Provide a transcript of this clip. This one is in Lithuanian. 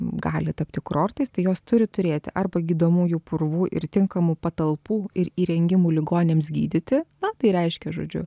gali tapti kurortais tai jos turi turėti arba gydomųjų purvų ir tinkamų patalpų ir įrengimų ligoniams gydyti na tai reiškia žodžiu